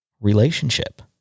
relationship